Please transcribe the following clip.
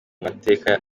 mateka